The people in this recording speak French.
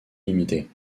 limitée